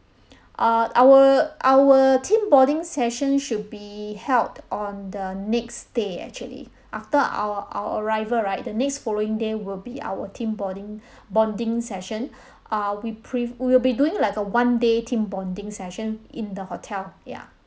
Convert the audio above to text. uh our our team bonding session should be held on the next day actually after our our arrival right the next following day will be our team boarding bonding session uh we pref~ we'll be doing like a one day team bonding session in the hotel ya